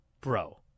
bro